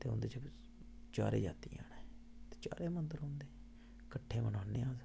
ते चारो जातियां न ते चारो मंदर औंदे रौहंदे न कट्ठे मनांदे न